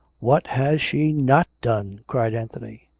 what has she not done? cried anthony.